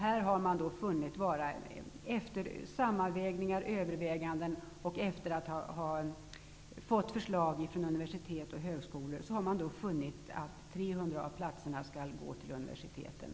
Här har man, efter sammanvägningar och överväganden och efter att ha fått förslag från universitet och högskolor, funnit att 300 av platserna skall gå till universiteten.